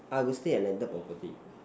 I will stay at landed property